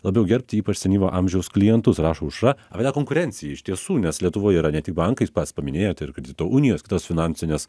labiau gerbti ypač senyvo amžiaus klientus rašo aušra apie tą konkurenciją iš tiesų nes lietuvoje yra ne tik bankai pats paminėjote ir kredito unijos kitos finansinės